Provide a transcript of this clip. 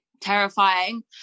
terrifying